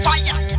Fire